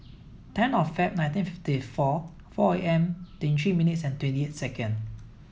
ten of Feb nineteen fifty four four A M twenty three minutes and twenty eight second